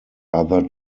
other